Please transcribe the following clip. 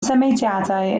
symudiadau